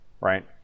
right